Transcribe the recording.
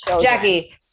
Jackie